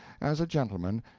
as a gentleman,